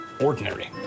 ordinary